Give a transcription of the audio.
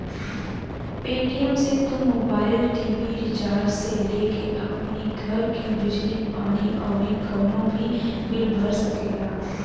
Paytm से तू mobile, TV recharge से लेके अपनी घर के बिजली पानी अउरी कवनो भी बिल भर सकेला